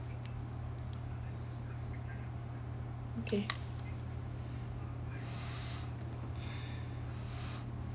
okay